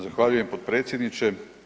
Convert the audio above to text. Zahvaljujem potpredsjedniče.